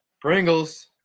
Pringles